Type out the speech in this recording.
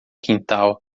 quintal